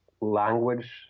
language